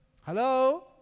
Hello